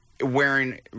wearing